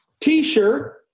T-shirt